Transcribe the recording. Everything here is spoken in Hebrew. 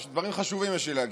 חבר הכנסת מתן כהנא,